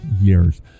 years